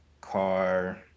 car